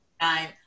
time